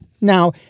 Now